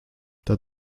der